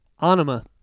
Anima